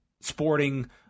sporting